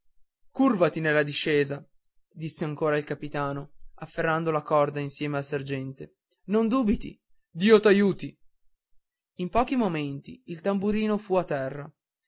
fuori cùrvati nella discesa disse ancora il capitano afferrando la corda insieme al sergente non dubiti dio t'aiuti in pochi momenti il tamburino fu a terra